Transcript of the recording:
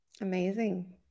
amazing